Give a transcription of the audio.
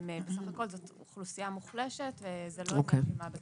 מדובר באוכלוסייה מוחלשת וזה לא דבר של מה בכך.